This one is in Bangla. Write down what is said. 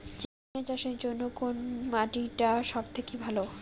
ঝিঙ্গা চাষের জইন্যে কুন মাটি টা সব থাকি ভালো?